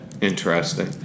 Interesting